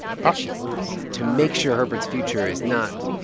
passion to make sure herbert's future is not.